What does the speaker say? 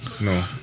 No